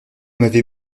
m’avez